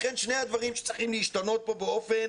לכן שני הדברים שצריכים להשתנות כאן באופן